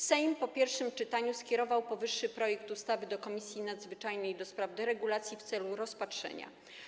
Sejm po pierwszym czytaniu skierował powyższy projekt ustawy do Komisji Nadzwyczajnej do spraw deregulacji w celu rozpatrzenia.